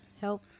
help